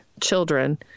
children